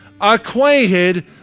acquainted